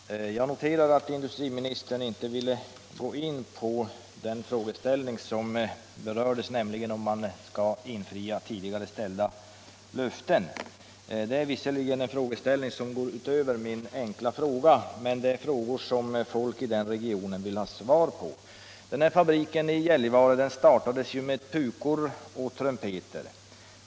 Herr talman! Jag noterar att industriministern inte vill gå in på frågeställningen huruvida man skall infria tidigare ställda löften. Det är visserligen en frågeställning som går utöver min fråga, men folket i den regionen vill ha svar på den. Den här fabriken i Gällivare startades med pukor och trumpeter.